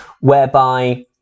whereby